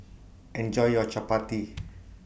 Enjoy your Chappati